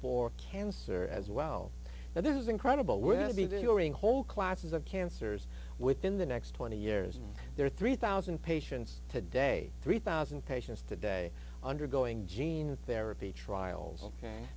for cancer as well but this is incredible we're going to be doing whole classes of cancers within the next twenty years there are three thousand patients today three thousand patients today undergoing gene therapy trials ok